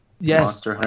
Yes